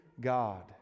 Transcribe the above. God